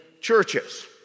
churches